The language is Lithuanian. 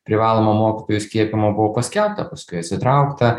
privalomo mokytojų skiepijimo buvo paskelbta paskui atsitraukta